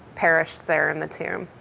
perished there in the tomb.